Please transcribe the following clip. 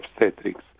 obstetrics